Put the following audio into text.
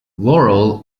laurel